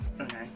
okay